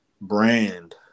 brand